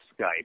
Skype